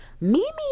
Mimi